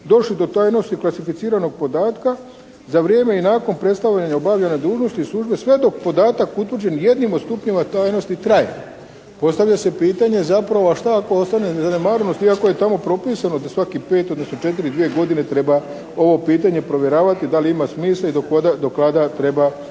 došli do tajnosti klasificiranog podatka za vrijeme i nakon prestanka obavljanja dužnosti službe sve dok podatak utvrđen jednim od stupnjeva tajnosti traje. Postavlja se pitanje zapravo a šta ako ostane … iako je tamo propisano da svaki pet, odnosno četiri, dvije godine treba ovo pitanje provjeravati da li ima smisla i do kada treba i